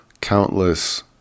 Countless